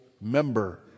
member